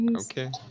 okay